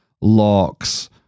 locks